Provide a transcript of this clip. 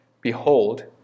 Behold